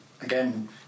again